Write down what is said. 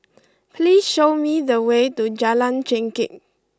please show me the way to Jalan Chengkek